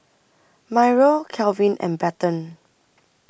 Myrle Calvin and Bethann